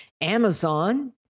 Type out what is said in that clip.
Amazon